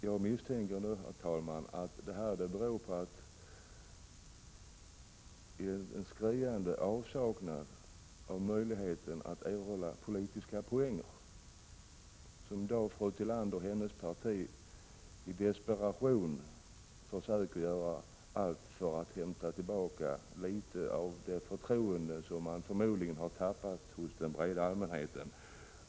Jag misstänker, herr talman, att det beror på en skriande avsaknad av möjligheter att erhålla politiska poäng. Fru Tillander och hennes parti gör i desperation allt för att hämta tillbaka litet av det förtroende man förmodligen har tappat hos den breda allmänheten.